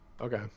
Okay